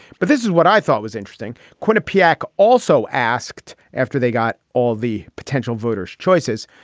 but this is what i thought was interesting. quinnipiac also asked after they got all the potential voters choices.